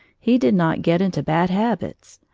he did not get into bad habits,